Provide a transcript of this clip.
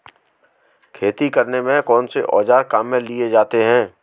खेती करने में कौनसे औज़ार काम में लिए जाते हैं?